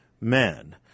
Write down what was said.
men